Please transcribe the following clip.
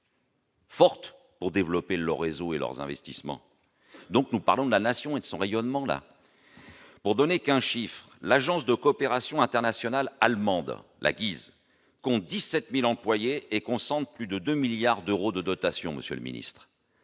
Forte pour développer leurs réseaux et leurs investissements, donc nous parlons de la nation et son rayonnement là. Pour donner qu'un chiffre, l'Agence de coopération internationale allemande la guise compte 17000 employées et concentre plus de 2 milliards d'euros de dotation, Monsieur le Ministre,